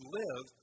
live